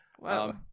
Wow